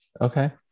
Okay